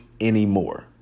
anymore